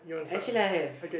actually I have